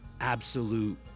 absolute